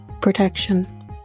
protection